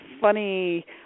funny